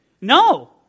no